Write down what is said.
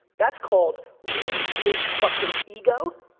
that's called really big fucking ego,